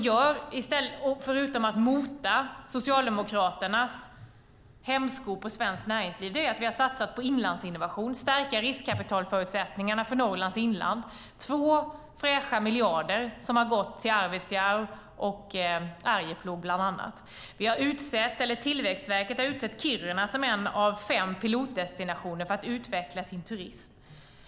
Förutom att mota Socialdemokraternas hämsko på svenskt näringsliv har vi satsat på inlandsinnovation och stärkt riskkapitalförutsättningarna för Norrlands inland. 2 fräscha miljarder har gått till bland annat Arvidsjaur och Arjeplog. Tillväxtverket har utsett Kiruna som en av pilotdestinationer för att utveckla sin turism.